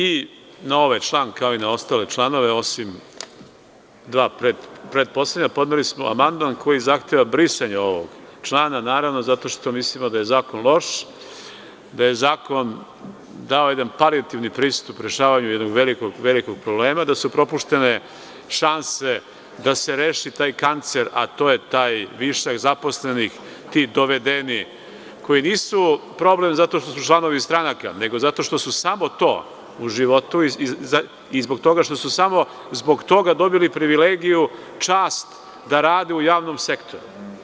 I na ovaj član, kao i na ostale članove, osim dva pretposlednja, podneli smo amandman koji zahteva brisanje ovog člana, jer mislimo da je zakon loš, da je zakon dao jedan paritivni pristup rešavanju jednog velikog problema, da su propuštene šanse da se reši taj kancer, a to je taj višak zaposlenih, ti dovedeni koji nisu problem, zato što su članovi stranaka, nego zato što su samo to u životu i zbog toga što su samo zbog toga dobili privilegije, čast da rade u javnom sektoru.